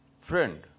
friend